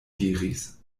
diris